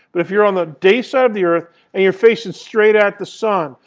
but if you're on the day side of the earth and you're facing straight at the sun,